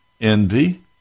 envy